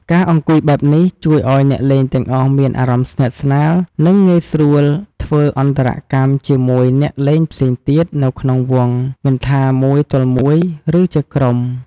ការអង្គុយបែបនេះជួយឱ្យអ្នកលេងទាំងអស់មានអារម្មណ៍ស្និទ្ធស្នាល និងងាយស្រួលធ្វើអន្តរកម្មជាមួយអ្នកលេងផ្សេងទៀតនៅក្នុងវង់ មិនថាមួយទល់មួយ ឬជាក្រុម។